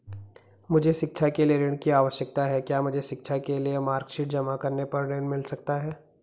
मुझे शिक्षा के लिए ऋण की आवश्यकता है क्या मुझे शिक्षा के लिए मार्कशीट जमा करने पर ऋण मिल सकता है?